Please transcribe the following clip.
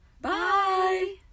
Bye